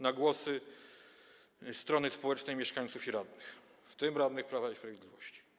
na głosy strony społecznej, mieszkańców i radnych, w tym radnych Prawa i Sprawiedliwości.